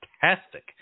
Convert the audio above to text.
fantastic